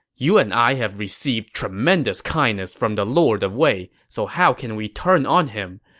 you and i have received tremendous kindness from the lord of wei, so how can we turn on him?